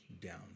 down